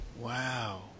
Wow